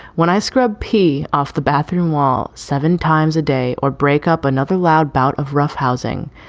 when i scrub p off the bathroom wall seven times a day or break up another loud bout of roughhousing,